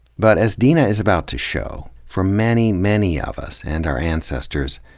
but as deena is about to show, for many, many of us and our ancestors,